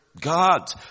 God